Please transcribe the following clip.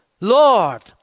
Lord